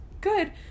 good